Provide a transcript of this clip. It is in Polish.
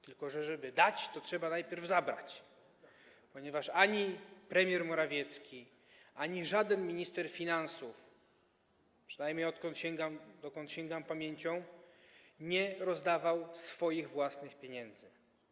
Tylko żeby dać, to trzeba najpierw zabrać, ponieważ ani premier Morawiecki, ani żaden minister finansów - przynajmniej odkąd sięgam pamięcią - nie rozdawał swoich własnych pieniędzy.